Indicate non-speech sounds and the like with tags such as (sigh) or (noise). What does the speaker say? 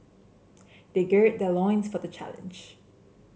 they gird their (unintelligible) for the challenge